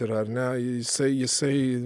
yra ar ne jisai jisai